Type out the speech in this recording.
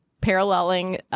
paralleling